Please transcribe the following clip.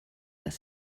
dass